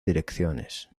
direcciones